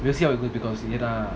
we'll see how it goes because